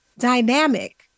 dynamic